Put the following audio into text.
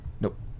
Nope